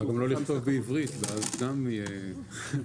אפשר גם לא לכתוב בעברית, ואז גם יהיה עוד